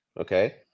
Okay